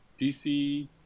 dc